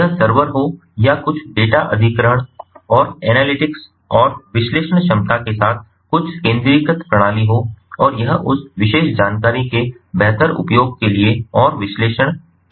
एक सर्वर हो या कुछ डेटा अधिग्रहण और एनालिटिक्स और विश्लेषण क्षमता के साथ कुछ केंद्रीकृत प्रणाली हो और यह उस विशेष जानकारी के बेहतर उपयोग के लिए और विश्लेषण किया जा सकता है